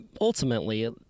Ultimately